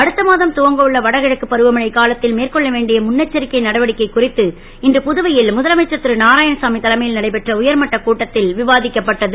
அடுத்த மாதம் துவங்க உள்ள வடகிழக்கு பருவமழை காலத் ல் மேற்கொள்ள வேண்டிய முன்னெச்சரிக்கை நடவடிக்கை குறித்து இன்று புதுவை ல் முதலமைச்சர் நாராயணசாமி தலைமை ல் நடைபெற்ற உயர்மட்ட கூட்டத் ல் ரு விவா க்கப்பட்டது